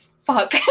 fuck